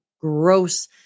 gross